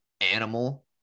animal